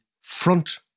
front